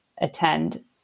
attend